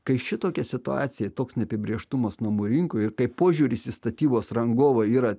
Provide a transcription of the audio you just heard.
kai šitokia situacija toks neapibrėžtumas namų rinkoje ir kai požiūris į statybos rangovą yra